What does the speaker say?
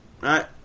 right